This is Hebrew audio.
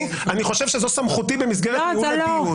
אני חושב שזו סמכותי במסגרת ניהול הדיון.